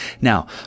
Now